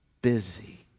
busy